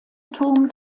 turm